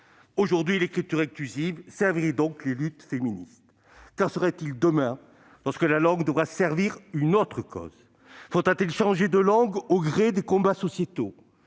Aujourd'hui, l'écriture inclusive servirait donc les luttes féministes. Qu'en sera-t-il demain lorsque la langue devra servir une autre cause ? Faudra-t-il changer de langue au gré des combats sociétaux ?